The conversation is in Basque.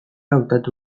hautatu